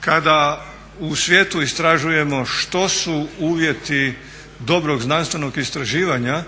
kada u svijetu istražujemo što su uvjeti dobrog znanstvenog istraživanja